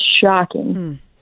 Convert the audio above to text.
shocking